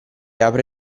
apre